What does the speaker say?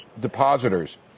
depositors